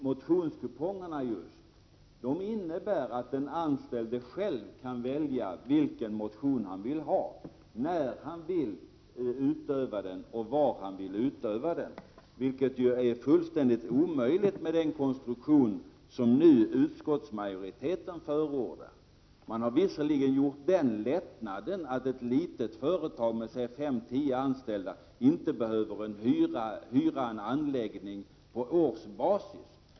Motionskupongerna å andra sidan innebär att den anställde själv kan välja vilken motion han vill ha, när han vill utöva den och var han vill utöva den, vilket är fullständigt omöjligt med den konstruktion som utskottsmajoriteten förordar. Utskottet har visserligen gjort den lättnaden att ett litet företag med säg fem till tio anställda inte behöver hyra en anläggning på årsbasis.